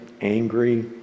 angry